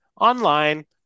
Online